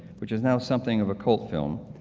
which is now something of a cult film,